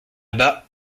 bas